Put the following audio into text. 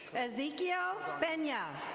ezekiel pena.